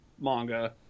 manga